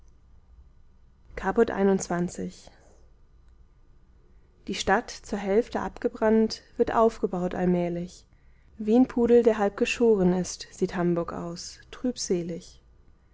caput xxi die stadt zur hälfte abgebrannt wird aufgebaut allmählich wie n pudel der halb geschoren ist sieht hamburg aus